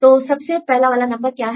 तो सबसे पहला वाला नंबर क्या है